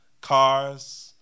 cars